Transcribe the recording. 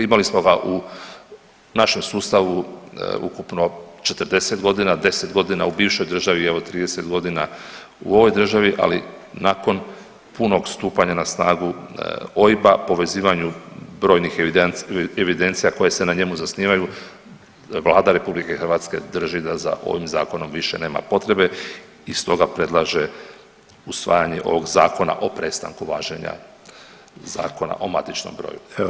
Imali smo ga u našem sustavu ukupno 40 godina, 10 godina u bivšoj državi, evo 30 godina u ovoj državi, ali nakon punog stupanja na snagu OIB-a povezivanju brojnih evidencija koje se na njemu zasnivaju Vlada RH drži da za ovim zakonom više nema potrebe i stoga predlaže usvajanje ovog zakona o prestanku važenja Zakona o matičnom broju.